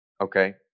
Okay